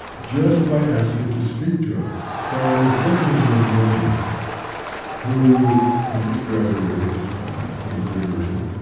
just by asking to speak to it so i was working with a young gentleman who had just graduated from the university